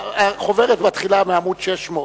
החוברת מתחילה מעמוד 600,